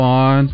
on